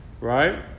right